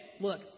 look